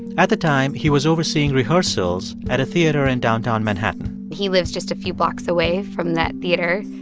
at the time, he was overseeing rehearsals at a theater in downtown manhattan he lives just a few blocks away from that theater,